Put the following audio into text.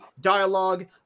dialogue